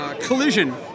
collision